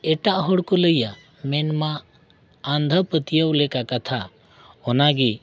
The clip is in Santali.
ᱮᱴᱟᱜ ᱦᱚᱲ ᱠᱚ ᱞᱟᱹᱭᱟ ᱢᱮᱱᱢᱟ ᱟᱸᱫᱷᱟ ᱯᱟᱹᱛᱭᱟᱹᱣ ᱞᱮᱠᱟ ᱠᱟᱛᱷᱟ ᱚᱱᱟ ᱜᱮ